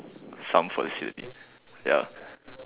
some facility ya